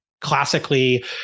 classically